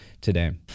today